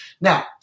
Now